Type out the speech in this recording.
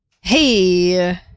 Hey